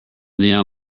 neon